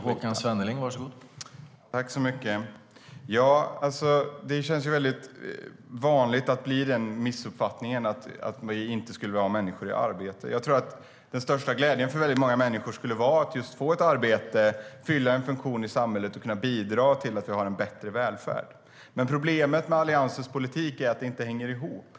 Herr talman! Det känns som en väldigt vanlig missuppfattning att vi inte skulle vilja ha människor i arbete. Den största glädjen för väldigt många människor skulle vara att få ett arbete, fylla en funktion i samhället och kunna bidra till att vi har en bättre välfärd. Problemet med Alliansens politik är att den inte hänger ihop.